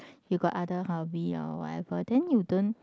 you got other hobby or whatever then you don't